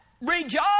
Rejoice